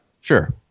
Sure